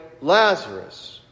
Lazarus